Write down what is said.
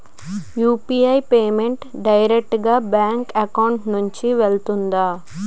UPI payment direct గా bank account నుంచి వెళ్తుందా?